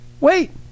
wait